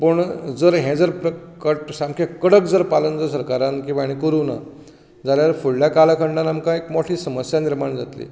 पूण जर हें जर प्र कट सामकें कडक जर पालन जर सरकारान किवां करूंक ना जाल्यार फुडल्या कालखंडांत मोठी समस्या निर्माण जातली